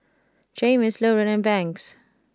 Jaymes Lauren and Banks